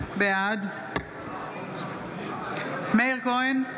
בעד מאיר כהן,